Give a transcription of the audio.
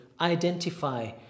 identify